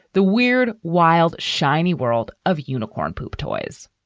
the weird, wild, shiny world of unicorn poop toys.